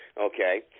Okay